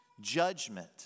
judgment